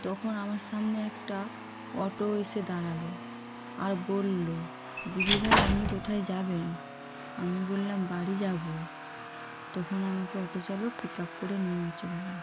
তখন আমার সামনে একটা অটো এসে দাঁড়ালো আর বললো দিদিভাই আপনি কোথায় যাবেন আমি বললাম বাড়ি যাবো তখন আমাকে অটো চালক পিক আপ করে নিয়ে চলে গেলো